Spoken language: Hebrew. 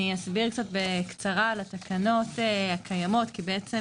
אני אסביר בקצרה על התקנות הקיימות כי בעצם